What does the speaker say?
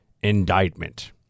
indictment